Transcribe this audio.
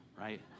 right